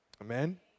Amen